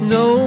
no